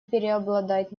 преобладать